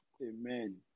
Amen